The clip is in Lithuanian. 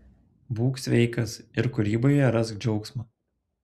būk sveikas ir kūryboje rask džiaugsmą